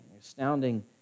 Astounding